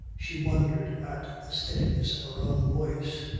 she wondered at the steadiness of her own voice.